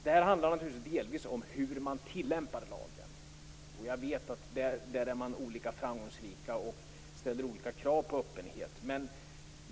Detta handlar naturligtvis delvis om hur man tilllämpar lagen. Jag vet att man där är olika framgångsrik och ställer olika krav på öppenheten.